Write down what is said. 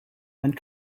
and